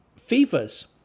FIFA's